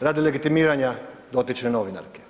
radi legitimiranja dotične novinarke.